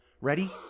Ready